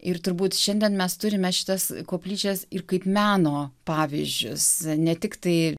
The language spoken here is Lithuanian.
ir turbūt šiandien mes turime šitas koplyčias ir kaip meno pavyzdžius ne tiktai